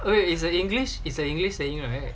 okay is a english is a english saying right